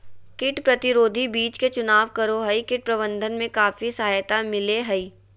कीट प्रतिरोधी बीज के चुनाव करो हइ, कीट प्रबंधन में काफी सहायता मिलैय हइ